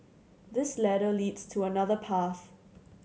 this ladder leads to another path